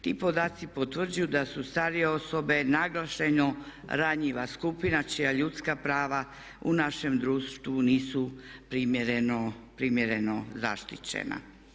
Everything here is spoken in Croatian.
Ti podaci potvrđuju da su starije osobe naglašeno ranjiva skupina čija ljudska prava u našem društvu nisu primjerno zaštićena.